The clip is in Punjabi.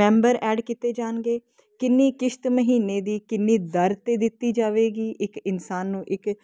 ਮੈਂਬਰ ਐਡ ਕੀਤੇ ਜਾਣਗੇ ਕਿੰਨੀ ਕਿਸ਼ਤ ਮਹੀਨੇ ਦੀ ਕਿੰਨੀ ਦਰ ਤੇ ਦਿੱਤੀ ਜਾਵੇਗੀ ਇੱਕ ਇਨਸਾਨ ਨੂੰ ਇੱਕ